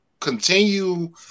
continue